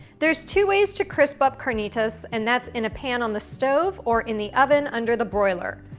there's two ways to crisp up carnitas and that's in a pan on the stove or in the oven under the broiler.